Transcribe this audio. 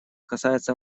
касается